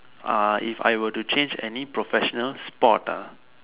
ah if I were to change any professional sport ah